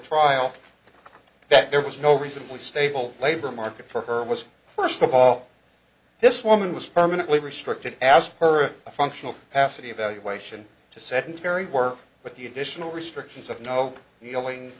trial that there was no reasonably stable labor market for her was first of all this woman was permanently restricted ask her a functional pasadena valuation to sedentary work with the additional restrictions of no healing